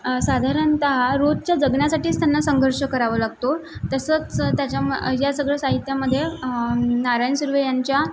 साधारणतः रोजच्या जगण्यासाठीच त्यांना संघर्ष करावं लागतो तसंच त्याच्या या सगळ्या साहित्यामध्ये नारायण सुर्वे यांच्या